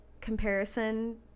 comparison